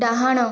ଡାହାଣ